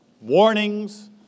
warnings